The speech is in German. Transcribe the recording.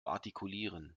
artikulieren